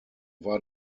war